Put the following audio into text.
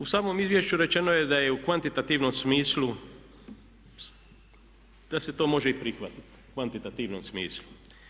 U samom izvješću rečeno je da je u kvantitativnom smislu da se to može i prihvatiti, u kvantitativnom smislu.